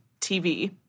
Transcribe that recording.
TV